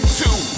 two